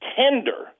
tender